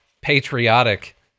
patriotic